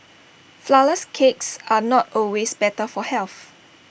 Flourless Cakes are not always better for health